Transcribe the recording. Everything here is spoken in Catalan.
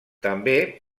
també